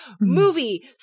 movie